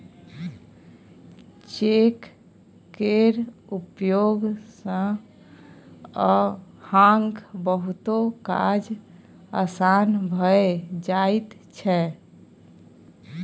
cheque केर उपयोग सँ अहाँक बहुतो काज आसान भए जाइत छै